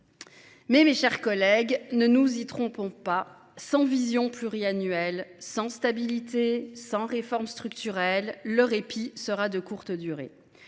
souscrire. Toutefois, ne nous y trompons pas : sans vision pluriannuelle, sans stabilité, sans réforme structurelle, le répit sera de courte durée.